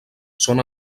són